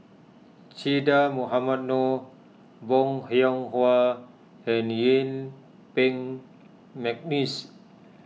Che Dah Mohamed Noor Bong Hiong Hwa and Yuen Peng McNeice